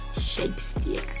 Shakespeare